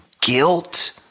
guilt